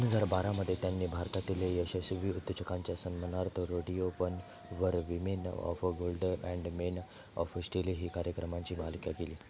दोन हजार बारामध्ये त्यांनी भारतातील काही यशस्वी उद्योजकांच्या सन्मानार्थ रोडिओपणवर women of a gold and men of steel ही कार्यक्रमांची मालिका केली